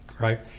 Right